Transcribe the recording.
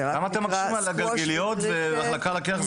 למה אתם מקשים על הגלגיליות והחלקה על הקרח זה פחות.